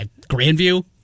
Grandview